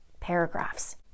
paragraphs